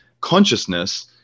consciousness